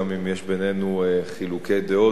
גם אם יש בינינו חילוקי דעות,